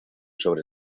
sobre